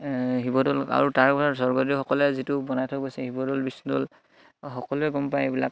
শিৱদৌল আৰু তাৰপিছত স্বৰ্গদেউসকলে যিটো বনাই থৈ গৈছে শিৱদৌল বিষ্ণুদৌল সকলোৱে গম পাই এইবিলাক